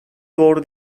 doğru